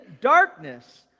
darkness